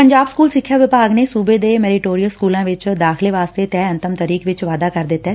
Punjab school ਸਿੱਖਿਆ ਵਿਭਾਗ ਨੇ ਸੁਬੇ ਦੇ ਮੈਰੀਟੋਰੀਅਸ ਸਕੁਲਾਂ ਵਿਚ ਦਾਖ਼ਲੇ ਵਾਸਤੇ ਤੈਅ ਅੰਤਿਮ ਤਰੀਕ ਵਿਚ ਵਾਧਾ ਕਰ ਦਿੱਡੈ